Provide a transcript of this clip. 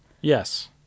yes